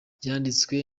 yanditswe